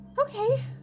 Okay